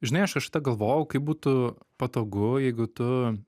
žinai aš kažkada galvojau kaip būtų patogu jeigu tu